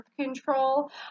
control